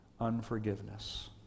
Unforgiveness